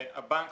כשהבנק,